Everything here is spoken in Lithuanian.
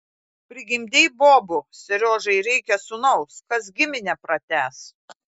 prigimdei bobų seriožai reikia sūnaus kas giminę pratęs